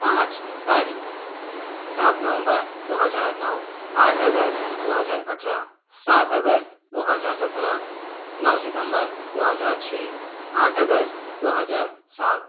पाँच तारीख सात नवंबर दो हजार नौ आठ अगस्त दो हजार अट्ठारह सात अगस्त दो हजार सत्रह नौ सितंबर दो हजार छः आठ अगस्त दो हजार सात